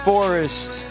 Forest